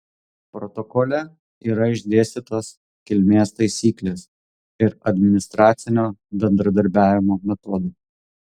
protokole yra išdėstytos kilmės taisyklės ir administracinio bendradarbiavimo metodai